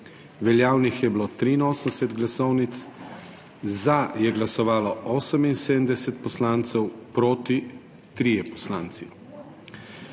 veljavnih je bilo 81 glasovnic. Za je glasovalo 78 poslancev, proti 3 poslanci.